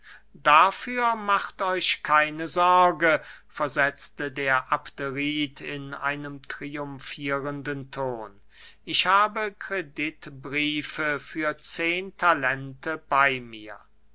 dafür macht euch keine sorge versetzte der abderit in einem triumfierenden ton ich habe kreditbriefe für zehen talente bey mir